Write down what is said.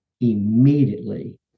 immediately